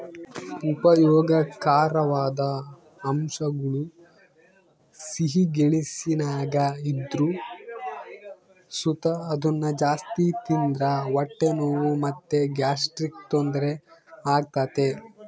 ಉಪಯೋಗಕಾರವಾದ ಅಂಶಗುಳು ಸಿಹಿ ಗೆಣಸಿನಾಗ ಇದ್ರು ಸುತ ಅದುನ್ನ ಜಾಸ್ತಿ ತಿಂದ್ರ ಹೊಟ್ಟೆ ನೋವು ಮತ್ತೆ ಗ್ಯಾಸ್ಟ್ರಿಕ್ ತೊಂದರೆ ಆಗ್ತತೆ